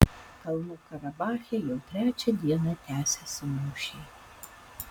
kalnų karabache jau trečią dieną tęsiasi mūšiai